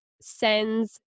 sends